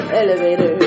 elevator